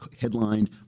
headlined